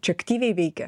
čia aktyviai veikia